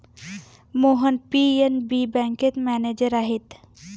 Mohan PNB बँकेत manager आहेत